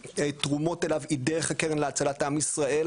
והתרומות אליו היא דרך הקרן להצלת עם ישראל,